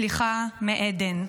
סליחה מעדן,